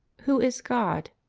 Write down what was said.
who is god?